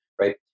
Right